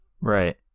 Right